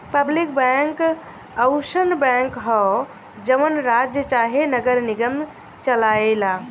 public bank अउसन bank ह जवन राज्य चाहे नगर निगम चलाए ला